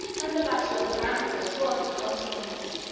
and the battle of the granicus was the consequence.